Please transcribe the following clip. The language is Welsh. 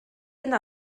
yna